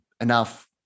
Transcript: enough